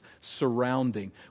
surrounding